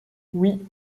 oui